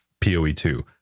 PoE2